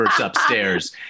upstairs